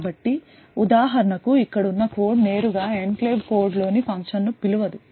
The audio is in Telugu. కాబట్టి ఉదాహరణకు ఇక్కడ ఉన్న కోడ్ నేరుగా ఎన్క్లేవ్ కోడ్ లోని ఫంక్షన్ను పిలవదు